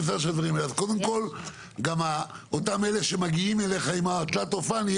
אז קודם כל גם אותם אלה שמגיעים אליך עם התלת אופן,